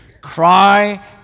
Cry